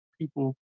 people